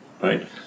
Right